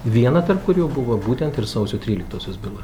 viena tarp kurių buvo būtent ir sausio tryliktosios byla